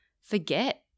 forget